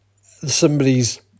somebody's